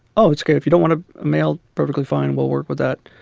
oh, it's ok. if you don't want a male, perfectly fine. we'll work with that.